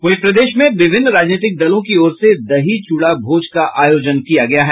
वहीं प्रदेश में विभिन्न राजनीतिक दलों की और से दही चूड़ा भोज का आयोजन किया गया है